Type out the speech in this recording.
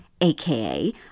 aka